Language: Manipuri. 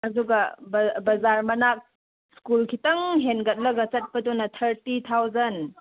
ꯑꯗꯨꯒ ꯕꯖꯥꯔ ꯃꯅꯥꯛ ꯁ꯭ꯀꯨꯜ ꯈꯤꯇꯪ ꯍꯦꯟꯒꯠꯂꯒ ꯆꯠꯄꯗꯨꯅ ꯊꯥꯔꯇꯤ ꯊꯥꯎꯖꯟ